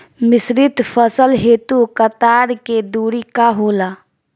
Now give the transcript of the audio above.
मिश्रित फसल हेतु कतार के दूरी का होला?